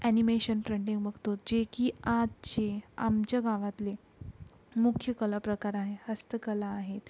animation printing बघतो जे की आजचे आमच्या गावातले मुख्य कलाप्रकार आहे हस्तकला आहेत